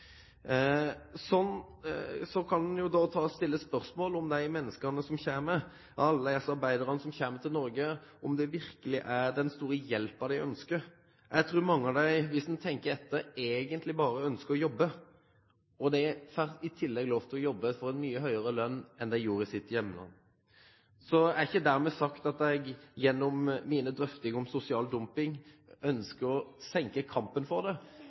en kommer til Norge. Så kan en stille spørsmålet om det virkelig er den store hjelpen de menneskene, alle disse arbeiderne, som kommer til Norge, ønsker. Jeg tror, hvis vi tenker etter, at mange av dem egentlig bare ønsker å jobbe, og de får i tillegg lov til å jobbe for en mye høyere lønn enn de gjorde i sitt hjemland. Det er ikke dermed sagt at jeg gjennom min drøfting av sosial dumping ønsker å redusere kampen mot det,